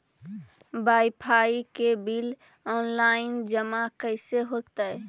Wifi के bill online जमा कैसे होतै?